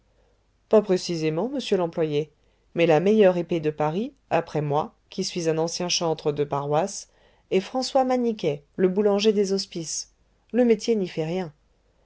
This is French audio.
pas précisément monsieur l'employé mais la meilleure épée de paris après moi qui suis un ancien chantre de paroisse est françois maniquet le boulanger des hospices le métier n'y fait rien